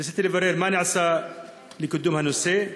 וניסיתי לברר: 1. מה נעשה לקידום הנושא?